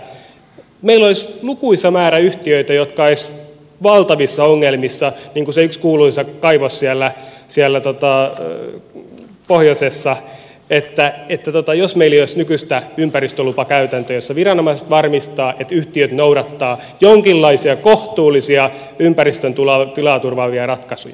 meillä olisi lukuisa määrä yhtiöitä jotka olisivat valtavissa ongelmissa niin kuin se yksi kuuluisa kaivos siellä pohjoisessa jos meillä ei olisi nykyistä ympäristölupakäytäntöä jossa viranomaiset varmistavat että yhtiöt noudattavat jonkinlaisia kohtuullisia ympäristön tilaa turvaavia ratkaisuja